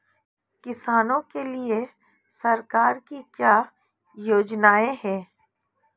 किसानों के लिए सरकार की क्या योजनाएं हैं?